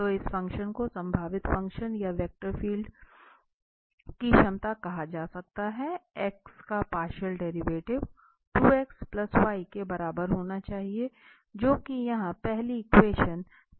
तो इस फ़ंक्शन को संभावित फ़ंक्शन या वेक्टर फील्ड की क्षमता कहा जाता है